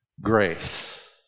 Grace